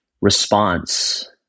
response